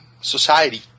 society